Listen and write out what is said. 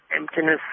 emptiness